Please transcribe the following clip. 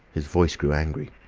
his voice grew angry.